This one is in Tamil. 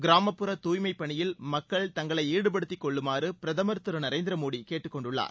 கிராமப்புற தூய்மைப் பணியில் மக்கள் தங்களை ஈடுபடுத்திக் கொள்ளுமாறு பிரதமர் கிரு நரேந்திரமோடி கேட்டுக் கொண்டுள்ளார்